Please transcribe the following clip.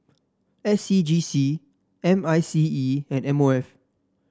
S C G C M I C E and M O F